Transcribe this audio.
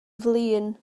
flin